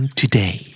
today